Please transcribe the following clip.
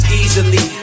easily